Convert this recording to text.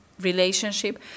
relationship